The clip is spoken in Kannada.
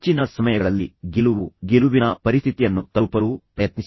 ಹೆಚ್ಚಿನ ಸಮಯಗಳಲ್ಲಿ ಸಹಕರಿಸಲು ಪ್ರಯತ್ನಿಸಿ ಗೆಲುವು ಗೆಲುವಿನ ಪರಿಸ್ಥಿತಿಯನ್ನು ತಲುಪಲು ಪ್ರಯತ್ನಿಸಿ